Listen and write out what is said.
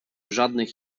żadnych